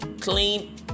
clean